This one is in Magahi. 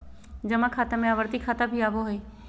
जमा खाता में आवर्ती खाता भी आबो हइ